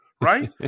Right